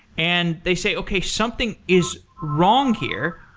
and they say, okay. something is wrong here.